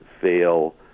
fail